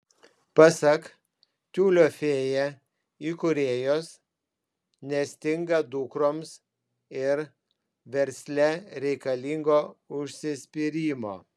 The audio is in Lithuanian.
pasak tiulio fėja įkūrėjos nestinga dukroms ir versle reikalingo užsispyrimo